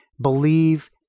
believe